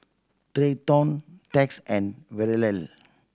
Treyton Tex and Verle